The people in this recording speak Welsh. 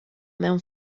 mewn